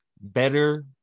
better